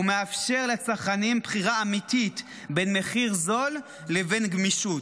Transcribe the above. ומאפשר לצרכנים בחירה אמיתית בין מחיר זול לבין גמישות.